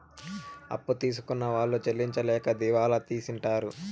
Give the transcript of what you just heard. అప్పు తీసుకున్న వాళ్ళు చెల్లించలేక దివాళా తీసింటారు